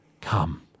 Come